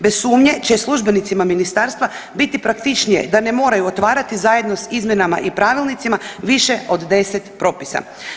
Bez sumnje će službenicama ministarstva biti praktičnije da ne moraju otvarati zajedno s izmjenama i pravilnicima više od 10 propisa.